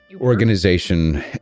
organization